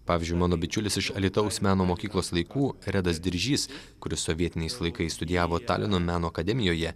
pavyzdžiui mano bičiulis iš alytaus meno mokyklos laikų redas diržys kuris sovietiniais laikais studijavo talino meno akademijoje